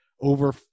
over